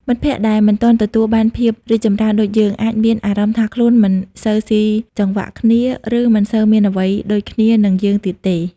មិត្តភក្តិដែលមិនទាន់ទទួលបានភាពរីកចម្រើនដូចយើង អាចមានអារម្មណ៍ថាខ្លួនមិនសូវស៊ីចង្វាក់គ្នា ឬមិនសូវមានអ្វីដូចគ្នានឹងយើងទៀតទេ។